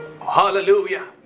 Hallelujah